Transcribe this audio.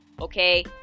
okay